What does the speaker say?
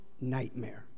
nightmare